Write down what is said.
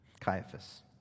Caiaphas